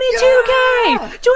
22k